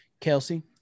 Kelsey